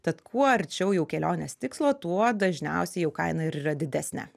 tad kuo arčiau jau kelionės tikslo tuo dažniausiai jau kaina ir yra didesnė